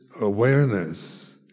awareness